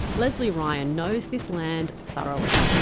lesly ryan knows this land thoroughly.